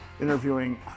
interviewing